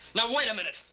now wait a minute!